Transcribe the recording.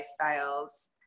lifestyles